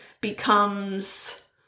becomes